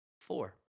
four